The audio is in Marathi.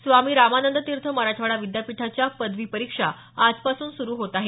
स्वामी रामानंद तीर्थ मराठवाडा विद्यापीठाच्या पदवी परीक्षा आजपासून सुरू होत आहेत